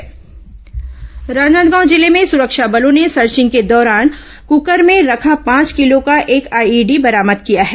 IED बरामद राजनांदगांव जिले में सुरक्षा बलों ने सर्थिंग के दौरान ककर में रखा पांच किलो का एक आईईडी बरामद किया है